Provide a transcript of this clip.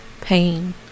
pain